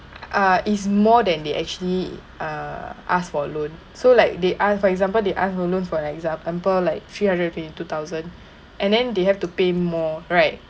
ah is more than they actually uh asked for a loan so like they ask for example they ask for a loan for example like three hundred and fifty two thousand and then they have to pay more right